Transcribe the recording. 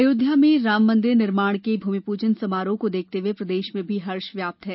अयोध्या में राममंदिर निर्माण के भूमि पूजन समारोह को देखते हुए प्रदेश में भी हर्ष व्याप्त है